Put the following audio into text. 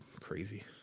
crazy